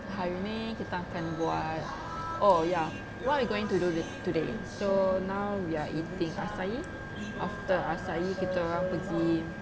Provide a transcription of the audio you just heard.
hari ini kita akan buat oh ya what are you going to do today so now we are eating acai after acai kita orang pergi